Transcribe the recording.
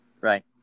Right